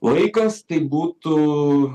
laikas tai būtų